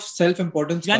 self-importance